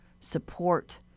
support